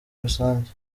rusange